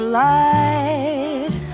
light